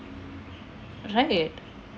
right